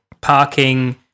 parking